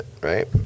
right